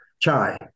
chai